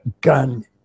gun